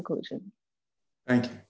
conclusion and